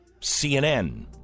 cnn